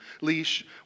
leash